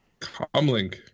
Comlink